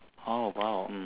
oh !wow! hmm